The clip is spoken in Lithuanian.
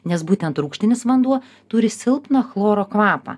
nes būtent rūgštinis vanduo turi silpną chloro kvapą